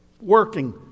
working